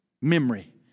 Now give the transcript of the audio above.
Memory